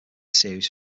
series